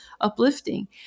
uplifting